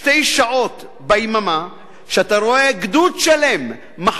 שעתיים ביממה שאתה רואה גדוד שלם היום